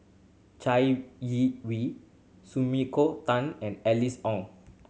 Chai Yee Wei Sumiko Tan and Alice Ong